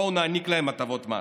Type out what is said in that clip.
בואו נעניק להם הטבות מס.